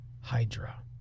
Hydra